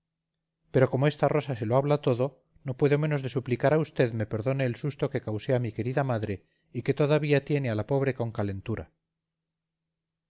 pero como esta rosa se lo habla todo no puedo menos de suplicar a usted me perdone el susto que causé a mi querida madre y que todavía tiene a la pobre con calentura